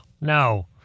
No